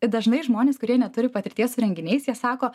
dažnai žmonės kurie neturi patirties su renginiais jie sako